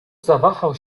zawahał